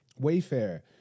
Wayfair